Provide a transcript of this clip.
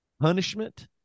punishment